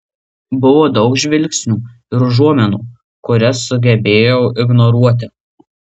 buvo daug žvilgsnių ir užuominų kurias sugebėjau ignoruoti